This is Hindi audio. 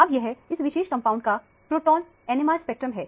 अब यह इस विशेष कंपाउंड का प्रोटोन NMR स्पेक्ट्रम है